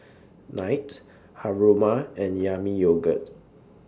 Knight Haruma and Yami Yogurt